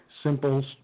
simple